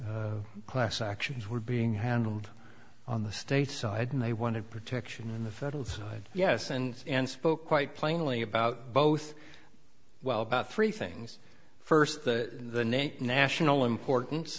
class actions were being handled on the state side and they wanted protection in the federal side yes and and spoke quite plainly about both well about three things first the national importance